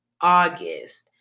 August